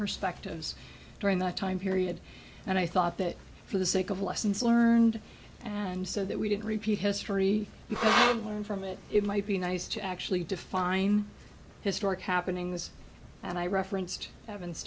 perspectives during that time period and i thought that for the sake of lessons learned and so that we didn't repeat history and learn from it it might be nice to actually define historic happenings and i referenced evan